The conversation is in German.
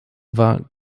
war